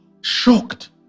shocked